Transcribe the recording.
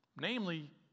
namely